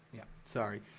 yeah sorry,